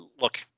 look